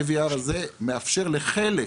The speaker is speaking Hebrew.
IVR מאפשר לחלק